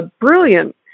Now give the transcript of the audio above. brilliant